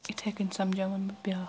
اِتھٕے کٔنۍ سمجاون بہٕ بیٛاکھ